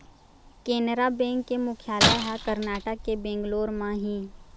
Canara bank के मुख्यालय ह करनाटक के बेंगलोर म हे